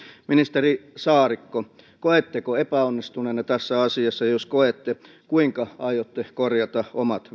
ministeri saarikko koetteko epäonnistuneenne tässä asiassa ja jos koette kuinka aiotte korjata omat